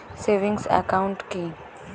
Savings account কি?